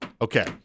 Okay